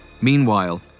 Meanwhile